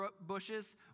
bushes